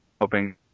hoping